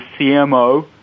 CMO